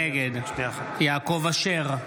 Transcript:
נגד יעקב אשר,